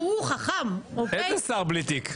בעיניי אין קשר למראית עין.